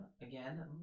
Again